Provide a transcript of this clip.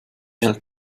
hält